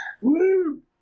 Woo